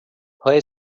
play